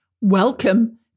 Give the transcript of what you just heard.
Welcome